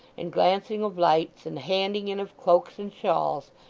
and glancing of lights, and handing in of cloaks and shawls,